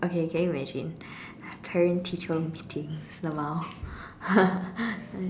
okay can you imagine parent teacher meeting lmao